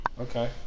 Okay